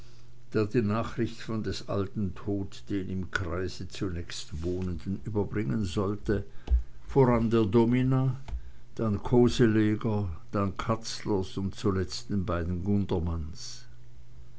die nachricht von des alten tode den im kreise zunächstwohnenden überbringen sollte voran der domina dann koseleger dann katzlers und zuletzt den beiden